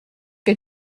que